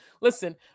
Listen